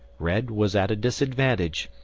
red was at a disadvantage,